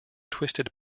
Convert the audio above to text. twisted